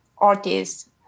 Artists